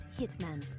hitman